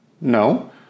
No